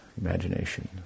imagination